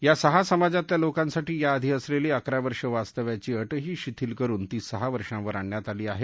या सहा समाजातल्या लोकांसाठी या आधी असलेली अकरा वर्ष वास्तव्याघी अटही शिथिल करून ती सहा वर्षावर आणण्यात आली आहे